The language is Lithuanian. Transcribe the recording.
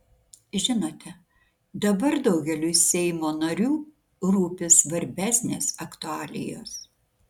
žinote dabar daugeliui seimo narių rūpi svarbesnės aktualijos